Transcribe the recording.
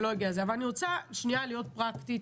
אבל אני רוצה להיות פרקטית.